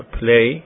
play